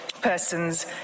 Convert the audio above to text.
Persons